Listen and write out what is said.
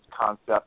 concept